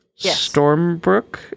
Stormbrook